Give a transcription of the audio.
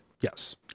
Yes